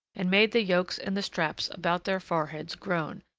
and made the yokes and the straps about their foreheads groan,